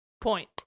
point